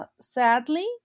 Sadly